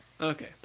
Okay